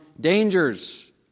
dangers